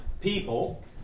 people